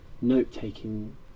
note-taking